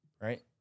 Right